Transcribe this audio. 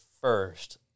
first